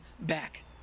back